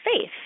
faith